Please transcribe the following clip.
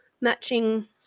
matching